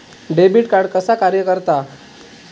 Debit card कसा कार्य करता?